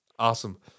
Awesome